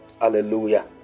hallelujah